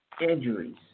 Injuries